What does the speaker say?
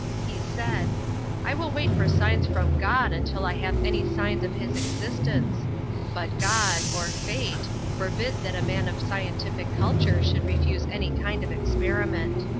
he said i will wait for signs from god until i have any signs of his existence but god or fate forbid that a man of scientific culture should refuse any kind of experiment.